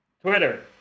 Twitter